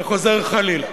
וחוזר חלילה.